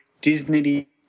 Disney